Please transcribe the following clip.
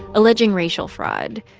alleging racial fraud.